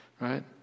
right